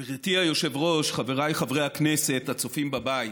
גברתי היושבת-ראש, חבריי חברי הכנסת, הצופים בבית,